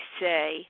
say